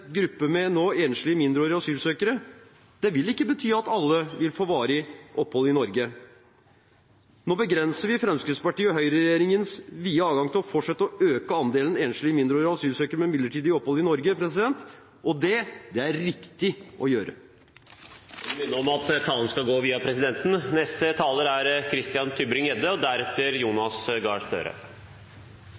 gruppe enslige mindreårige asylsøkere vil ikke bety at alle vil få varig opphold i Norge. Nå begrenser vi Høyre–Fremskrittsparti-regjeringens vide adgang til å fortsette å øke andelen enslige mindreårige asylsøkere med midlertidig opphold i Norge. Det er riktig å gjøre. Presidenten vil minne om at all tale skal gå via presidenten. Skal vi peke ut noen få enkeltbarn i et fattig og